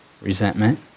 Resentment